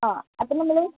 ആ അപ്പോൾ നമ്മൾ